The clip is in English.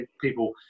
people